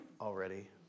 already